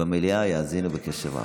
במליאה יאזינו בקשב רב.